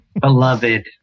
beloved